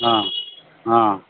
ಹಾಂ ಹಾಂ